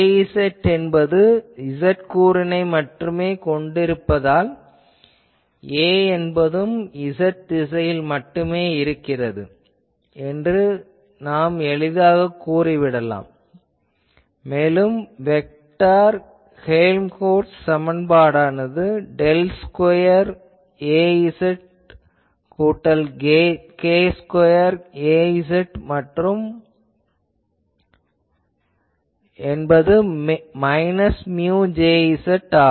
Jz என்பது z கூறினை மட்டுமே கொண்டிருப்பதால் A என்பதும் z திசையில் மட்டுமே இருக்கிறது என்று நாம் எளிதாகக் கூறிவிடலாம் மேலும் வெக்டார் ஹேல்ம்கோல்ட்ஸ் சமன்பாட்டானது டெல் ஸ்கொயர் Az கூட்டல் k ஸ்கொயர் Az என்பது மைனஸ் மியு Jz ஆகும்